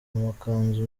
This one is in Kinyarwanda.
amakanzu